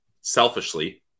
selfishly